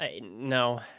No